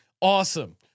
Awesome